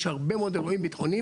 יש הרבה מאוד אירועים ביטחוניים.